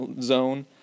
zone